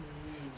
mm